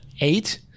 eight